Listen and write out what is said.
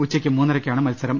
ഉച്ചക്ക് മൂന്നരക്കാണ് മത്സരം